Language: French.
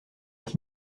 est